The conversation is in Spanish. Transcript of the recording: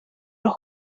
los